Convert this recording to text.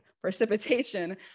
precipitation